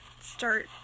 start